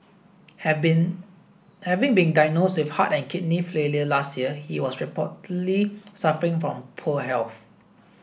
have been having been diagnosed with heart and kidney failure last year he was reportedly suffering from poor health